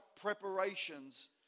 preparations